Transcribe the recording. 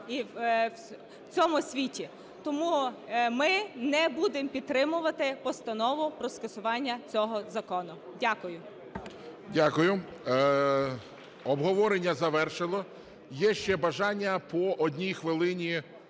в усьому світі. Тому ми не будемо підтримувати постанову про скасування цього закону. Дякую. ГОЛОВУЮЧИЙ. Дякую. Обговорення завершено. Є ще бажання по одній хвилині,